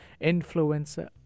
influencer